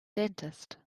dentist